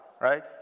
Right